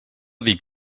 dic